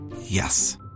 Yes